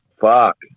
Fuck